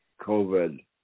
COVID